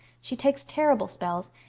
she takes terrible spells.